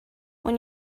when